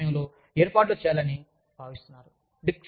మరియు పని సమయంలో ఏర్పాట్లు చేయాలని భావిస్తున్నారు